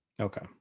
Okay